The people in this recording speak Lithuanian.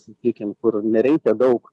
sakykim kur nereikia daug